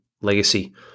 legacy